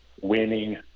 winning